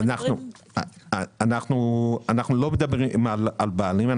אנחנו לא מדברים על בעלים.